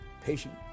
patient